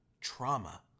trauma